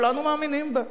כולנו מאמינים בה.